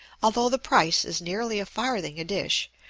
although the price is nearly a farthing a dish,